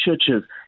churches